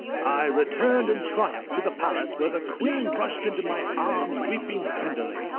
i returned in triumph to the palace, where the queen rushed into my arms, weeping tenderly.